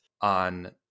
on